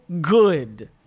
good